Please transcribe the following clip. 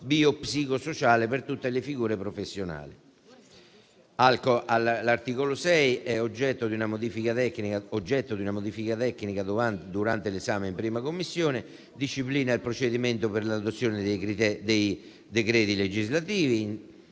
bio-psico-sociale per tutte le figure professionali. L'articolo 6, oggetto di una modifica tecnica durante l'esame in 1a Commissione, disciplina il procedimento per l'adozione dei decreti legislativi